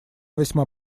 весьма